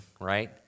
right